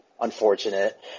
unfortunate